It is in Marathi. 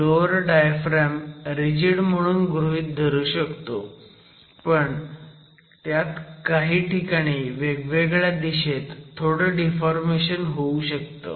फ्लोअर डायफ्रॅम रिजिड म्हणून गृहीत धरू शकतो पण त्यात काही ठिकाणी वेगवेगळ्या दिशेत थोडं डिफॉर्मेशन होऊ शकतं